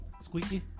squeaky